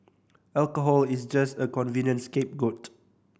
alcohol is just a convenient scapegoat